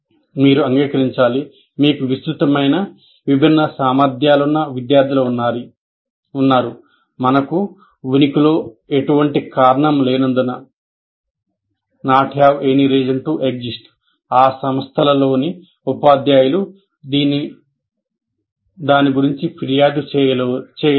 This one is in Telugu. మీరు సిఇటి ఆ సంస్థలలోని ఉపాధ్యాయులు దాని గురించి ఫిర్యాదు చేయలేరు